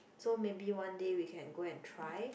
so maybe one day we can go and try